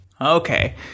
Okay